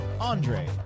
Andre